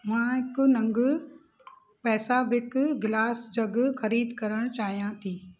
मां हिकु नङ पैसाबिक ग्लास जग ख़रीद करणु चाहियां थी